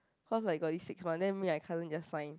cause I got this six month then me my cousin just sign